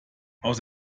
aus